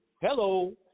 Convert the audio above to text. Hello